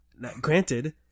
granted